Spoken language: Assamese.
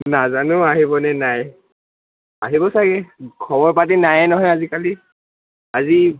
নাজানো আহিবনে নাই আহিব চাগে খবৰ পাতি নায়েই নহয় আজিকালি আজি